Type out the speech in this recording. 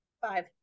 Five